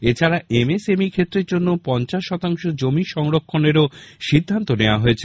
এছাড়া এমএসএমই ফ্কেত্রের জন্য পঞ্চাশ শতাংশ জমি সংরক্ষণেরও সিদ্ধান্ত নেওয়া হয়েছে